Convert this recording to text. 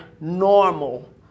normal